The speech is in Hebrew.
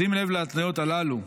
בשים לב להתניות הללו,